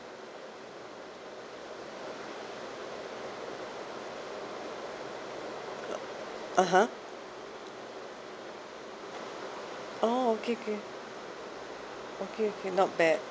uh (uh huh) oh okay okay okay okay not bad